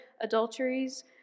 adulteries